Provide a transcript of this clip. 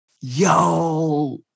Yo